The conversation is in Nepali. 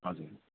हजुर